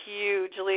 hugely